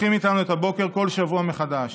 ופותחים איתנו את הבוקר בכל שבוע מחדש.